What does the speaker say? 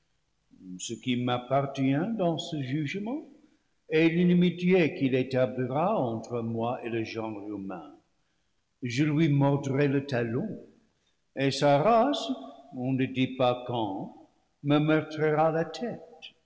ce qui m'appartient dans ce jugement est l'inimitié qu'il établira entre moi et le genre humain je lui mordrai le talon et sa race on ne dit pas quand me meurtrira la tête